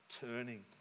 turning